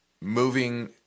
moving